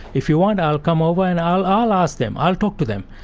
if you want i'll come over and i'll i'll ask them, i'll talk to them.